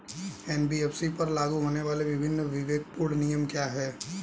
NBFC पर लागू होने वाले विभिन्न विवेकपूर्ण नियम क्या हैं?